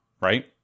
right